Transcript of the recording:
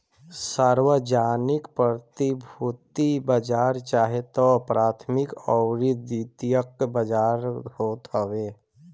सार्वजानिक प्रतिभूति बाजार चाहे तअ प्राथमिक अउरी द्वितीयक बाजार होत हवे